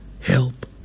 help